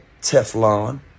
Teflon